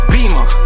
Beamer